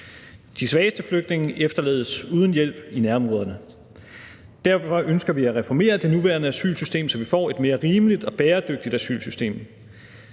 De svageste flygtninge efterlades uden hjælp i nærområderne. Derfor ønsker vi at reformere det nuværende asylsystem, så vi får et mere rimeligt og bæredygtigt asylsystem.